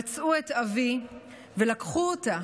פצעו את אבי ולקחו אותה